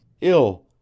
ill